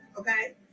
Okay